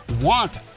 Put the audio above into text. want